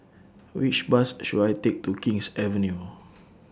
Which Bus should I Take to King's Avenue